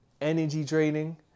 energy-draining